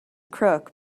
crook